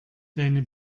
deine